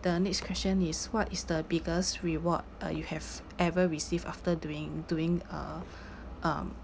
the next question is what is the biggest reward uh you have ever received after doing doing a um